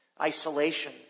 isolation